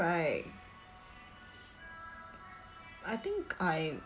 right I think I